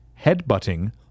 headbutting